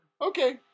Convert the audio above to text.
Okay